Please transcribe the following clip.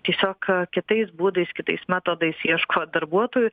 tiesiog kitais būdais kitais metodais ieško darbuotojų